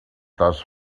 does